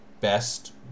best